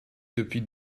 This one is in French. depuis